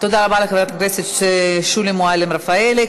תודה רבה לחברת הכנסת שולי מועלם-רפאלי.